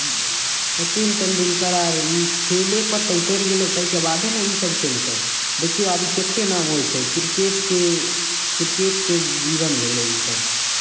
सचिन तेंदुलकर आर ई खेलयपर तऽ उतरि गेलै ताहिके बादे ने इसभ कयलकै देखियौ आब कतेक नाम होइ छै क्रिकेटके क्रिकेटके जीवन भेलै ओसभ